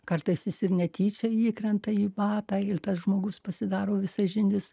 kartais jis ir netyčia įkrenta į batą ir tas žmogus pasidaro visažinis